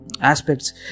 aspects